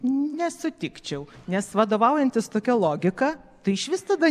nesutikčiau nes vadovaujantis tokia logika tai išvis tada